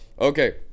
Okay